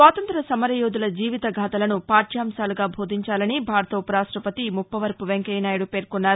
స్వాతంత్ర్య సమరయోధుల జీవిత గాథలను పాఠ్యాంశాలుగా బోధించాలని భారత ఉప రాష్టపతి ముప్పవరపు వెంకయ్య నాయుడు పేర్కొన్నారు